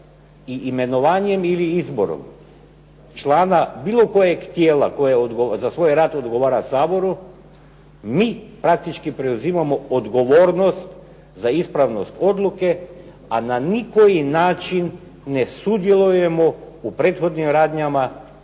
imenovanjem ili izborom člana bilo kojeg tijela koje za svoj rad odgovara Saboru, mi praktički preuzimamo odgovornost za ispravnost odluke, a na nikoji način ne sudjelujemo u prethodnim radnjama da